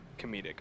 comedic